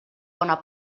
bona